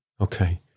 Okay